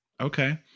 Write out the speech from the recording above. Okay